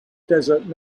desert